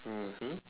mmhmm